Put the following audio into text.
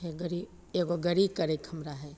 गाड़ी एगो गाड़ी करैके हमरा हइ